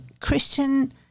christian